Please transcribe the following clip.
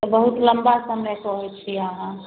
बहुत लम्बा समय कहै छी अहाँ